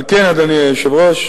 על כן, אדוני היושב-ראש,